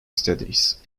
studies